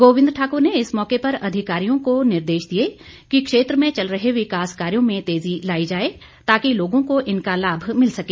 गोविंद ठाकुर ने इस मौके पर अधिकारियों को निर्देश दिए कि क्षेत्र में चल रहे विकास कार्यों में तेजी लाई जाए ताकि लोगों को इनका लाभ मिल सके